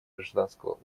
гражданского